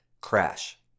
crash